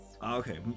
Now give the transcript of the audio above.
Okay